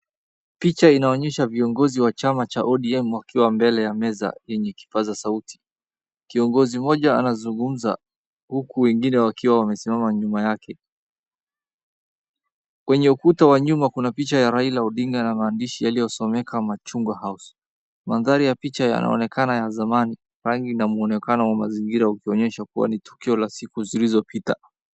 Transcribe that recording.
Picha inaonyesha viongozi wa chama cha ODM wakiwa mbele ya meza yenye kipaza sauti. Kiongozi mmoja anazungumza, huku wengine wakiwa wamesimama nyuma yake. Kwenye ukuta wa nyuma kuna picha ya Raila Odinga na maandishi yaliyosomeka MACHUNGWA HOUSE. Mandhari ya picha yanaonekana ya zamani, rangi na mwonekano wa mazingira ukionyesha kuwa ni tukio la siku zilizopita.